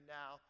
now